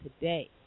today